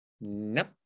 nope